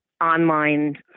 online